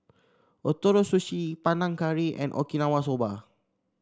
Ootoro Sushi Panang Curry and Okinawa Soba